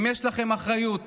אם יש לכם אחריות